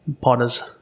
partner's